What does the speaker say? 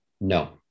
No